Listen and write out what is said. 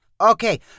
Okay